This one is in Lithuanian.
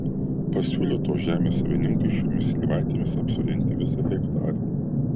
pasiūliau tos žemės savininkui šiomis slyvaitėmis apsodinti visą hektarą